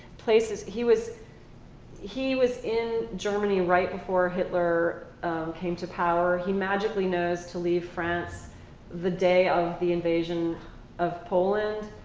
places he was he was in germany right before hitler came to power. he magically knows to leave france the day of the invasion of poland.